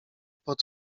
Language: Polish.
pod